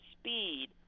speed